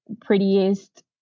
prettiest